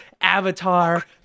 avatar